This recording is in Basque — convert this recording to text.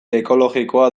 ekologikoa